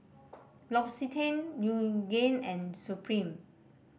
L'Occitane Yoogane and Supreme